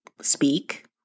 speak